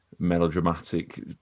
melodramatic